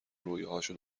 رویاهاشو